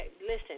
listen